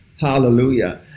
Hallelujah